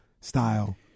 style